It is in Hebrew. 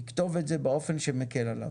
יכתוב את זה באופן שמקל עליו.